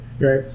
right